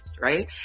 right